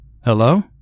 hello